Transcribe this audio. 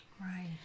Right